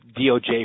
DOJ